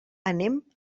anem